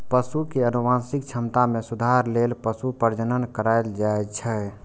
पशु के आनुवंशिक क्षमता मे सुधार लेल पशु प्रजनन कराएल जाइ छै